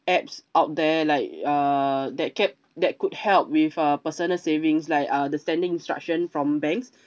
apps out there like uh that kept that could help with a personal savings like uh the standing instruction from banks